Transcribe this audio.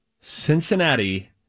Cincinnati